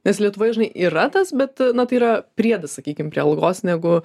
nes lietuvoje žinai yra tas bet na tai yra priedas sakykim prie algos negu